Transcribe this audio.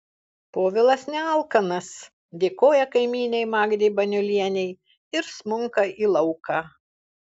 povilas nealkanas dėkoja kaimynei magdei baniulienei ir smunka į lauką